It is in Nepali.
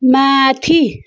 माथि